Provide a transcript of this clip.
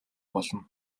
болно